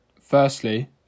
Firstly